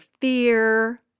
fear